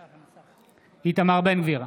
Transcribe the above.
בעד איתמר בן גביר,